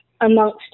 amongst